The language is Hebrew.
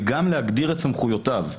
וגם להגדיר את סמכויותיו.